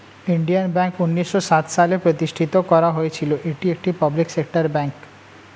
Indian bank উন্নিশো সাত সালে প্রতিষ্ঠিত করা হয়েছিল, এটি একটি পাবলিক সেক্টর ব্যাঙ্ক